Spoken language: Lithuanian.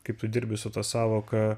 kaip tu dirbi su ta sąvoka